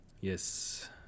Yes